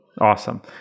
Awesome